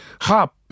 hop